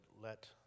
let